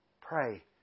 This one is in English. pray